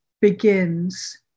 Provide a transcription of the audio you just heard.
begins